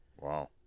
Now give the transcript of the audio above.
wow